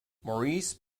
maurice